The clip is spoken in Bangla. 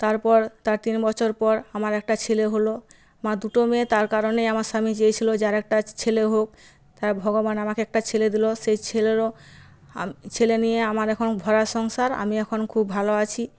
তারপর তার তিন বছর পর আমার একটা ছেলে হল আমার দুটো মেয়ে তার কারণেই আমার স্বামী চেয়েছিল যে আর একটা ছেলে হোক তা ভগবান আমাকে একটা ছেলে দিল সেই ছেলেরও ছেলে নিয়ে আমার এখন ভরা সংসার আমি এখন খুব ভালো আছি